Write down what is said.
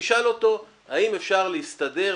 ותשאל אותו האם אפשר להסתדר,